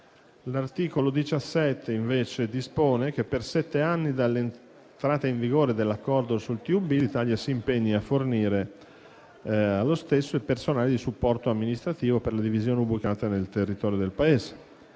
L'articolo 17 dispone che per sette anni dall'entrata in vigore dell'Accordo sul TUB, l'Italia si impegna a fornire allo stesso il personale di supporto amministrativo per la divisione ubicata nel territorio del Paese